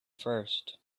first